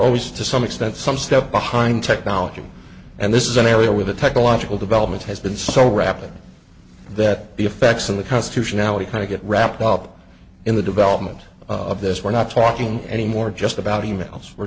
always to some extent some step behind technology and this is an area where the technological development has been so rapid that the effects of the constitutionality kind of get wrapped up in the development of this we're not talking anymore just about e mails we're